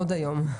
עוד היום.